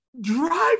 drive